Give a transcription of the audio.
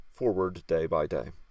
forwarddaybyday